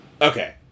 Okay